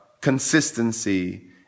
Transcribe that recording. consistency